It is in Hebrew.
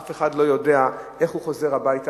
אף אחד לא יודע איך הוא חוזר הביתה,